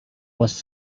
was